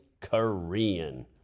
Korean